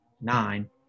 Nine